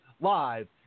live